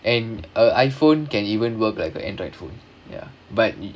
and uh iPhone can even work like a android phone ya but the